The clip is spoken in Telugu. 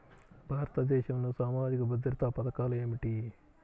భారతదేశంలో సామాజిక భద్రతా పథకాలు ఏమిటీ?